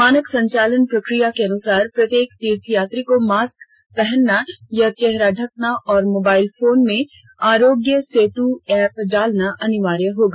मानक संचालन प्रक्रिया के अनुसार प्रत्येक तीर्थ यात्री को मास्क पहनना या चेहरा ढकना और मोबाइल फोन में आरोग्य सेतु ऐप डालना अनिवार्य होगा